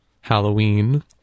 Halloween